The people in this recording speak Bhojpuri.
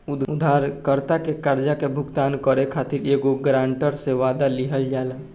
उधारकर्ता के कर्जा के भुगतान करे खातिर एगो ग्रांटर से, वादा लिहल जाला